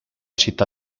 città